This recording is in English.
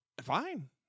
Fine